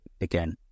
again